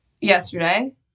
yesterday